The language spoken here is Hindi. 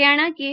हरियाणा के